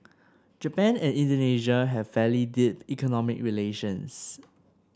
Japan and Indonesia have fairly deep economic relations